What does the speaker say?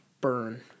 burn